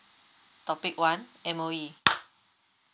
topic one M_O_E